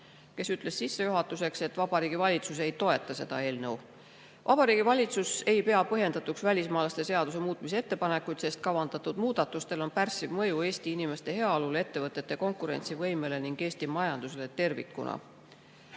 Ta ütles sissejuhatuseks, et Vabariigi Valitsus ei toeta seda eelnõu. Vabariigi Valitsus ei pea välismaalaste seaduse muutmise ettepanekuid põhjendatuks, sest kavandatud muudatustel oleks pärssiv mõju Eesti inimeste heaolule, ettevõtete konkurentsivõimele ning Eesti majandusele tervikuna.